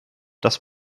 das